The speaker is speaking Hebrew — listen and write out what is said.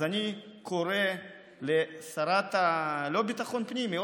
אז אני קורא לשרה לביטחון הפנים, לא?